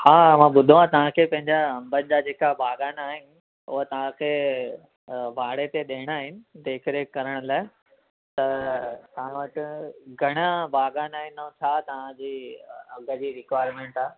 हा मां ॿुधो आहे तव्हांखे पंहिंजा अंबनि जा जेका बाग़ान आहिनि उहा तव्हांखे अ भाड़े ते ॾियणा आहिनि देखरेख करण लाइ त तव्हां वटि घणा बाग़ान आहिनि ऐं छा तव्हांजी अ अघ जी रिक्वायर्मेंट आहे